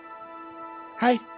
Hi